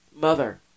mother